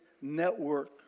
network